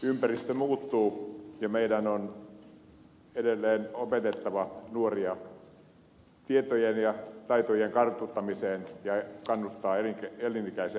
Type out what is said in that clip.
ympäristö muuttuu ja meidän on edelleen opetettava nuoria tietojen ja taitojen kartuttamiseen ja kannustettava heitä elinikäiseen oppimiseen